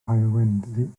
heulwen